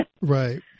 Right